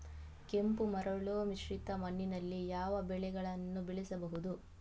ಕೆಂಪು ಮರಳು ಮಿಶ್ರಿತ ಮಣ್ಣಿನಲ್ಲಿ ಯಾವ ಬೆಳೆಗಳನ್ನು ಬೆಳೆಸಬಹುದು?